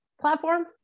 platform